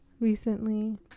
recently